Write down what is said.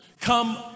come